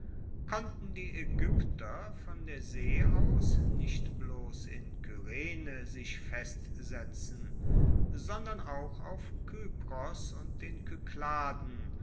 konnten die aegypter von der see aus nicht bloss in kyrene sich festsetzen sondern auch auf kypros und den kykladen